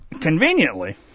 conveniently